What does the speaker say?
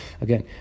Again